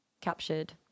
captured